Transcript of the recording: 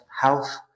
Health